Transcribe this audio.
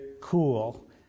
cool